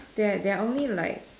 that there are only like